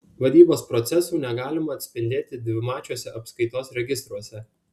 vadybos procesų negalima atspindėti dvimačiuose apskaitos registruose